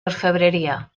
orfebrería